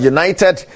United